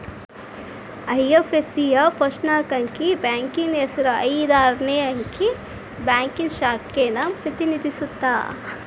IFSC ಯ first ನಾಕ್ ಅಂಕಿ ಬ್ಯಾಂಕಿನ್ ಹೆಸರ ಐದ್ ಆರ್ನೆ ಅಂಕಿ ಬ್ಯಾಂಕಿನ್ ಶಾಖೆನ ಪ್ರತಿನಿಧಿಸತ್ತ